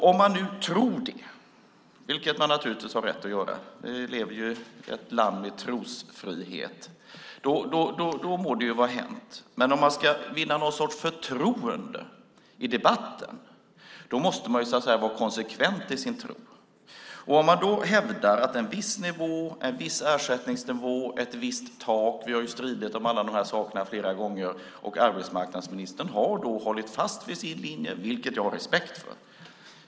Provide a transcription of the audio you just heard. Om man nu tror det - vilket man naturligtvis har rätt att göra, vi lever ju i ett land med trosfrihet - må det vara hänt. Men om man ska vinna någon sorts förtroende i debatten måste man vara konsekvent i sin tro. Vi har ju stridit om alla de här sakerna flera gånger, och arbetsmarknadsministern har då hållit fast vid sin linje, vilket jag har respekt för.